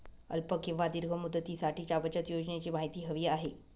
अल्प किंवा दीर्घ मुदतीसाठीच्या बचत योजनेची माहिती हवी आहे